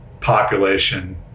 population